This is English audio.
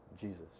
Jesus